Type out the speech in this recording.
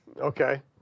okay